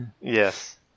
Yes